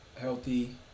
healthy